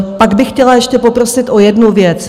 Pak bych chtěla ještě poprosit o jednu věc.